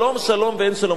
שלום שלום ואין שלום.